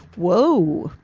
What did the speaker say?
whoa,